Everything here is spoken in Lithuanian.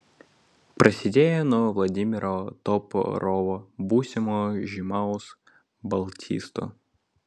prasidėjo nuo vladimiro toporovo būsimo žymaus baltisto